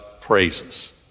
praises